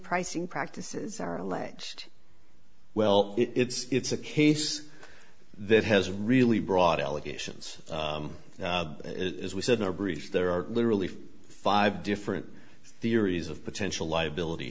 pricing practices are alleged well it's a case that has really brought allegations as we said no breach there are literally five different theories of potential liability